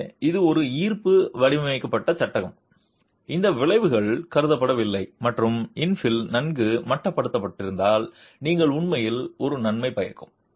எனவே இது ஒரு ஈர்ப்பு வடிவமைக்கப்பட்ட சட்டகம் இந்த விளைவுகள் கருதப்படவில்லை மற்றும் இன்ஃபில் நன்கு மட்டுப்படுத்தப்பட்டிருந்தால் நீங்கள் உண்மையில் ஒரு நன்மை பயக்கும்